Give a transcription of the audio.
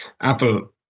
Apple